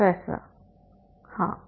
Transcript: professor हाँ